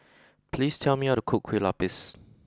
please tell me how to cook Kue Lupis